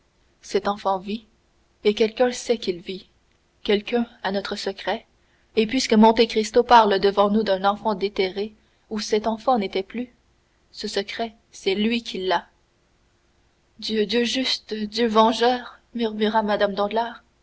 cet enfant vit et quelqu'un sait qu'il vit quelqu'un a notre secret et puisque monte cristo parle devant nous d'un enfant déterré où cet enfant n'était plus ce secret c'est lui qui l'a dieu dieu juste dieu vengeur murmura mme danglars